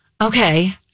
Okay